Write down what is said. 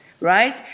Right